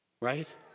right